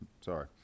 sorry